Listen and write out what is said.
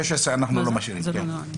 את 16 לא נשאיר.